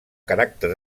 caràcter